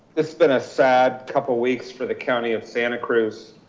it's been a sad couple of weeks for the county of santa cruz.